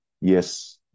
Yes